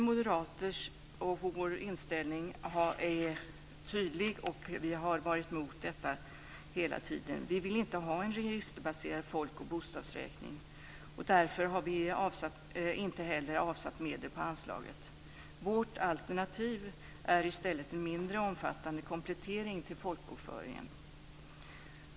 Moderata samlingspartiets inställning är tydlig. Vi har varit emot detta hela tiden. Vi vill inte ha en registerbaserad folk och bostadsräkning. Därför har vi inte heller avsatt medel på anslaget. Vårt alternativ är i stället en mindre omfattande komplettering till folkbokföringen.